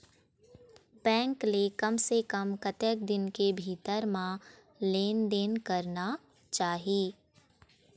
Bank ले कम से कम कतक दिन के भीतर मा लेन देन करना चाही?